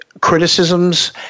criticisms